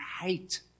hate